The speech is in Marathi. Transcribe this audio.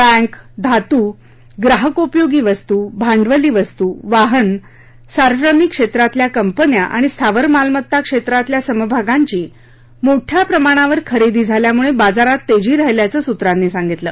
बक्री धातू ग्राहकोपयोगी वस्तू भांडवली वस्तू वाहन सार्वजनिक क्षेत्रातल्या कंपन्या आणि स्थावर मालमत्ता क्षेत्रातल्या समभागांची मोठ्या प्रमाणावर खरेदी झाल्यामुळे बाजारात तेजी राहिल्याचं सूत्रांनी सांगितलं